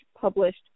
published